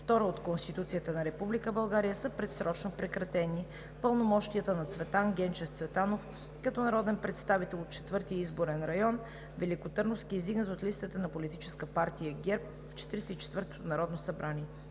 ал. 2 от Конституцията на Република България са предсрочно прекратени пълномощията на Цветан Генчев Цветанов като народен представител от Четвърти изборен район – Великотърновски, издигнат от листата на Политическа партия ГЕРБ в 44-то Народно събрание.